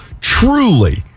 truly